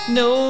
no